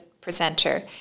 presenter